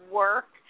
work